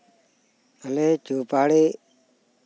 ᱟᱞᱮᱭᱟᱜ ᱪᱳᱣ ᱯᱟᱦᱟᱲᱤ